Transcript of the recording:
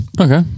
Okay